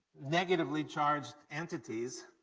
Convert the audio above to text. negatively charged entities,